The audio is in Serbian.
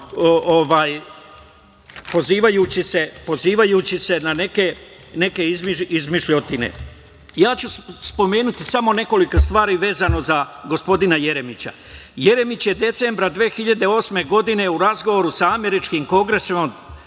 pozivajući se na neke izmišljotine. Ja ću spomenuti samo nekolike stvari vezano za gospodina Jeremića. Jeremić je decembra 2008. godine u razgovoru sa američkim kongresmenom